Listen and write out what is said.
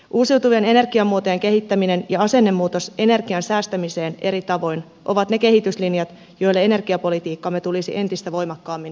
uusiutuvien energiamuotojen kehittäminen ja asennemuutos energian säästämiseen eri tavoin ovat ne kehityslinjat joille energiapolitiikkamme tulisi entistä voimakkaammin lähteä